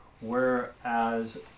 whereas